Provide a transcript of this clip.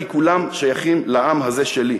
כי כולם שייכים לעם הזה שלי,